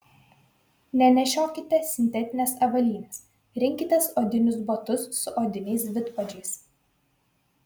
nenešiokite sintetinės avalynės rinkitės odinius batus su odiniais vidpadžiais